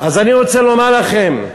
אני רוצה לומר לכם,